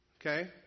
Okay